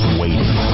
waiting